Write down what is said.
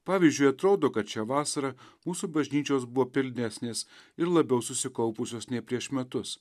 pavyzdžiui atrodo kad šią vasarą mūsų bažnyčios buvo pilnesnės ir labiau susikaupusios nei prieš metus